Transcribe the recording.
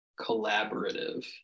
collaborative